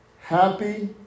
happy